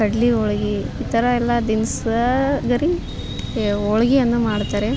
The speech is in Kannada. ಕಡ್ಲೆ ಹೋಳ್ಗೆ ಈ ಥರಯೆಲ್ಲ ದಿನ್ಸಾ ಗರಿ ಏ ಹೋಳ್ಗೆಯನ್ನು ಮಾಡ್ತಾರೆ